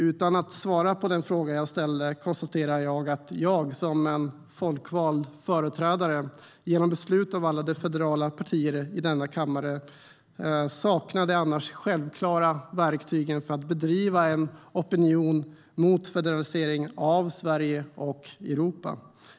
Utan att svara på den fråga jag ställde konstaterar jag att jag som folkvald företrädare genom beslut av alla de federala partierna i denna kammare saknar de annars självklara verktygen för att driva opinion mot federalisering av Sverige och Europa.